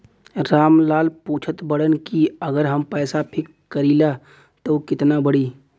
राम लाल पूछत बड़न की अगर हम पैसा फिक्स करीला त ऊ कितना बड़ी?